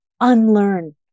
unlearn